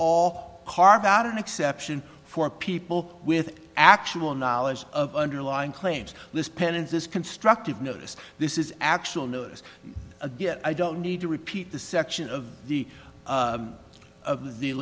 all carve out an exception for people with actual knowledge of underlying claims this penance is constructive notice this is actual notice again i don't need to repeat the section of the of the